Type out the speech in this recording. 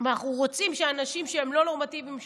ואנחנו רוצים שאנשים שהם לא נורמטיביים,